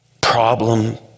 problem